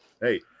Hey